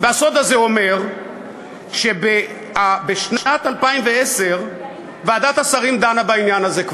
והסוד הזה אומר שבשנת 2010 ועדת השרים כבר דנה בעניין הזה.